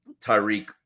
Tyreek